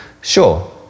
Sure